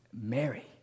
Mary